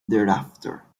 thereafter